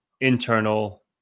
internal